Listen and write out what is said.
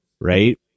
right